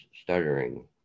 stuttering